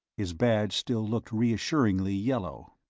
his badge still looked reassuringly yellow.